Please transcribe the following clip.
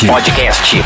Podcast